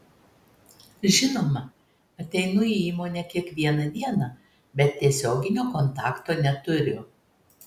žinoma ateinu į įmonę kiekvieną dieną bet tiesioginio kontakto neturiu